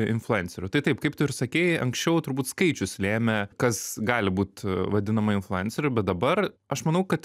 influencerių tai taip kaip tu ir sakei anksčiau turbūt skaičius lėmė kas gali būt vadinama influenceriu bet dabar aš manau kad